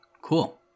cool